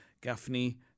Gaffney